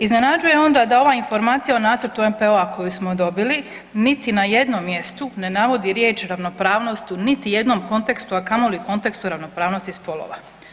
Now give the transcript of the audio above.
Iznenađuje onda da ova informacija o nacrtu NPO-a koju smo dobili niti na jednom mjestu ne navodi riječ ravnopravnost u niti jednom kontekstu, a kamoli kontekstu ravnopravnosti spolova.